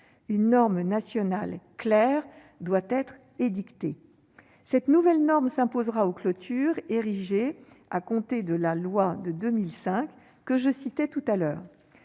une norme nationale claire doit être édictée. Cette nouvelle norme s'imposera aux clôtures érigées à compter de la loi de 2005 précédemment citée.